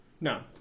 No